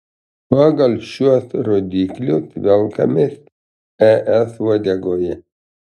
pagal šiuos rodiklius velkamės es uodegoje